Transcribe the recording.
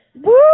Woo